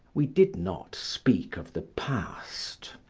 we did not speak of the past.